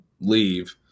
leave